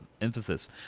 emphasis